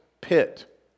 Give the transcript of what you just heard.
pit